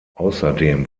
außerdem